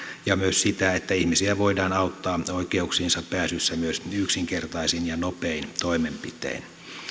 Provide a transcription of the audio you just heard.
ja myös sitä että ihmisiä voidaan auttaa oikeuksiinsa pääsyssä myös yksinkertaisin ja nopein toimenpitein